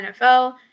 NFL